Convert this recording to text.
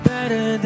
Better